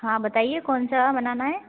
हाँ बताइए कौन सा बनाना है